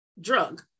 drug